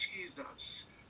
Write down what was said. jesus